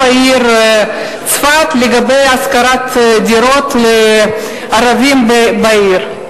העיר צפת בעניין השכרת דירות לערבים בעיר.